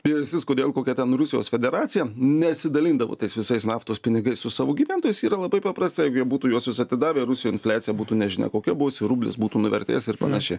priežastis kodėl kokia ten rusijos federacija nesidalindavo tais visais naftos pinigais su savo gyventojais yra labai paprasta jeigu jie būtų juosiuos atidavę rusijoj infliacija būtų nežinia kokia buvus ir rublis būtų nuvertėjęs ir panašiai